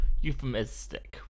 euphemistic